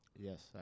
Yes